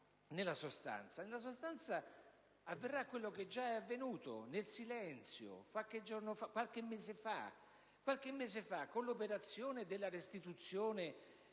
Nella sostanza, avverrà quanto già avvenuto nel silenzio qualche mese fa, con l'operazione della restituzione